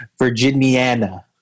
virginiana